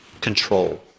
control